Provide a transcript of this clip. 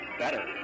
better